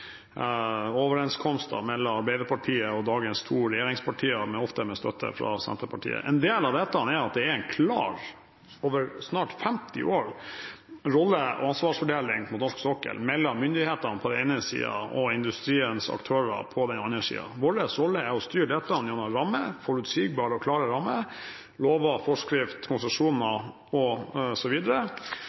mellom Arbeiderpartiet og dagens to regjeringspartier, ofte med støtte fra Senterpartiet. En del av dette er fordi det over snart 50 år har vært en klar rolle- og ansvarsfordeling på norsk sokkel mellom myndighetene på den ene siden og industriens aktører på den andre siden. Vår rolle er å styre dette gjennom forutsigbare og klare rammer, lover og forskrifter, konsesjoner